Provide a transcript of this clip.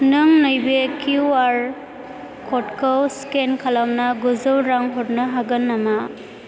नों नैबे किउआर क'डखौ स्केन खालामना गुजौ रां हरनो हागोन नामा